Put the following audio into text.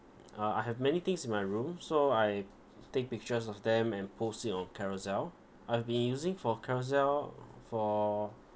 uh I have many things in my room so I take pictures of them and post it on Carousell I've been using for Carousell for